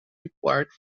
required